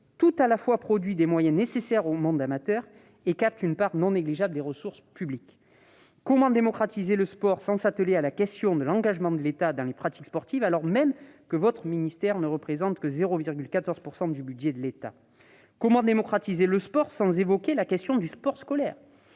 tout à la fois apporte les moyens nécessaires au monde amateur, mais capte une part non négligeable des ressources publiques ? Comment démocratiser le sport sans s'atteler à la question de l'engagement de l'État dans la pratique sportive, alors même que votre ministère ne représente que 0,14 % du budget de l'État ? Comment démocratiser le sport sans évoquer la question du sport scolaire,